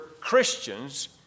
Christians